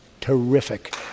Terrific